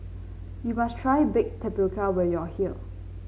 you must try Baked Tapioca when you are here